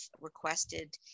requested